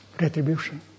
retribution